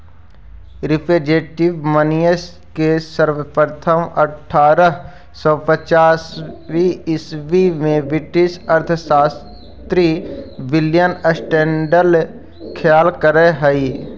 representative money के सर्वप्रथम अट्ठारह सौ पचहत्तर ईसवी में ब्रिटिश अर्थशास्त्री विलियम स्टैंडले व्याख्या करले हलई